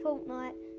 Fortnite